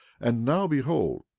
and now behold,